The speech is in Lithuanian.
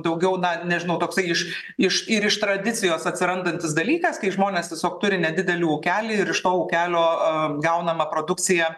daugiau na nežinau toksai iš iš ir iš tradicijos atsirandantis dalykas kai žmonės tiesiog turi nedidelį ūkelį ir iš to ūkelio gaunamą produkciją